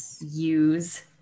use